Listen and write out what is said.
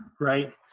right